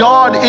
God